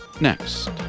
next